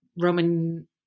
Roman